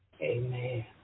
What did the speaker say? Amen